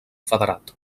federat